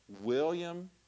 William